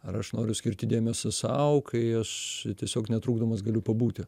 ar aš noriu skirti dėmesio sau kai aš tiesiog netrukdomas galiu pabūti